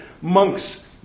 monks